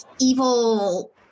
evil